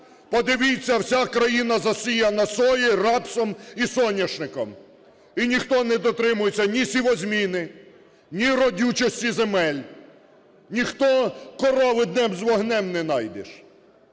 Подивіться, вся країна засіяна соєю, рапсом і соняшником, і ніхто не дотримується ні сівозміни, ні родючості земель, ніхто… корови днем з вогнем не знайдеш.